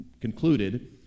concluded